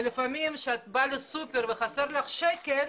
לפעמים כשאת באה לסופר וחסר לך שקל,